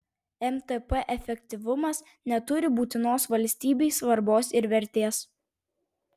mtp efektyvumas neturi būtinos valstybei svarbos ir vertės